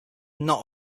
not